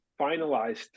finalized